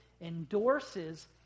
endorses